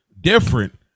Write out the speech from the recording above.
different